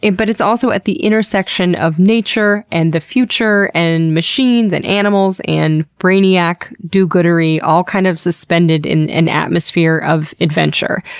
but it's also at the intersection of nature, and the future, and machines, and animals, and brainiac do-goodery all kind of suspended in an atmosphere of adventure.